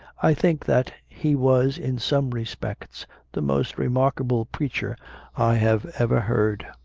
i think that he was in some respects the most remarkable preacher i have ever heard.